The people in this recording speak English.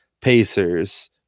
pacers